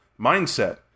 mindset